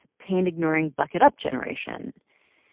pain-ignoring, buck-it-up generation.